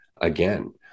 Again